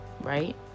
right